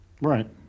Right